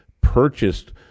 purchased